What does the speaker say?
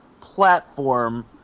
platform